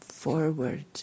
forward